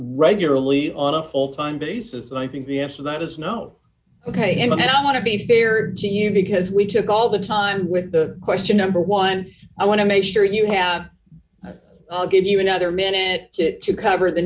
regularly on a full time basis and i think the answer that is no ok but then i want to be fair to you because we took all the time with the question number one i want to make sure you have give you another minute to cover the